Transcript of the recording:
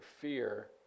fear